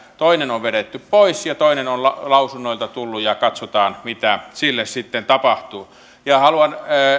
toinen on vedetty pois ja toinen on lausunnoilta tullut ja katsotaan mitä sille sitten tapahtuu haluan